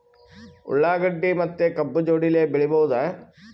ಉಳ್ಳಾಗಡ್ಡಿ ಮತ್ತೆ ಕಬ್ಬು ಜೋಡಿಲೆ ಬೆಳಿ ಬಹುದಾ?